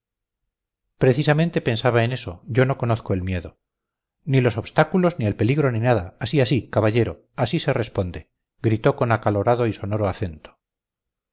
precisamente pensaba en eso yo no conozco el miedo ni los obstáculos ni el peligro ni nada así así caballero así se responde gritó con acalorado y sonoro acento